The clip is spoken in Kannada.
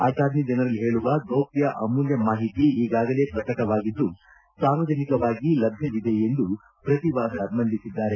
ಅಟಾರ್ನಿ ಜನರಲ್ ಹೇಳುವ ಗೌಪ್ನ ಅಮೂಲ್ನ ಮಾಹಿತಿ ಈಗಾಗಲೇ ಪ್ರಕಟವಾಗಿದ್ದು ಸಾರ್ವಜನಿಕವಾಗಿ ಲಭ್ಯವಿದೆ ಎಂದು ಪ್ರತಿವಾದ ಮಂಡಿಸಿದ್ದಾರೆ